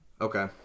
Okay